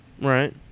Right